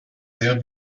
sehr